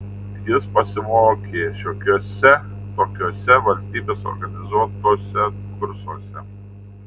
jis pasimokė šiokiuose tokiuose valstybės organizuotuose kursuose